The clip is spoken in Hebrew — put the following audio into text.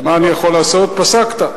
מה אני יכול לעשות, פסקת.